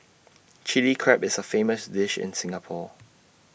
Chilli Crab is A famous dish in Singapore